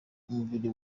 umubiri